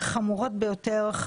פרעות חמורות ביותר.